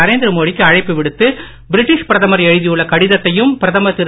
நரேந்திர மோடிக்கு அழைப்பு விடுத்து பிரிட்டீஷ் பிரதமர் எழுதியுள்ள கடிதத்தையும் பிரதமர் திரு